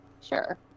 Sure